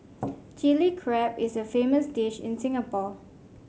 Chilli Crab is a famous dish in Singapore